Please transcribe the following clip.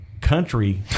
country